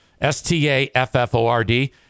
S-T-A-F-F-O-R-D